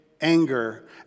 anger